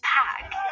pack